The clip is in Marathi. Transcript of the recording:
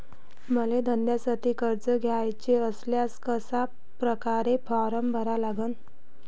मले धंद्यासाठी कर्ज घ्याचे असल्यास कशा परकारे फारम भरा लागन?